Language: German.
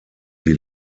die